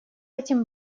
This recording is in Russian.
этим